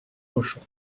pochon